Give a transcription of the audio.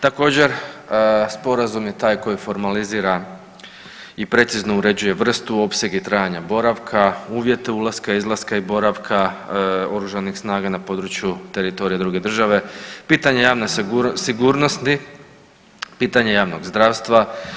Također, Sporazum je taj koji formalizira i precizno uređuje vrstu, opseg i trajanje boravka, uvjete ulaska, izlaska i boravka OS-a na području teritorija druge države, pitanja javne sigurnosti poretka, pitanje javnog zdravstva.